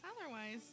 otherwise